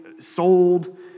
sold